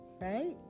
Right